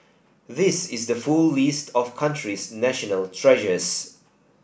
this is the full list of the country's national treasures